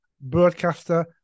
broadcaster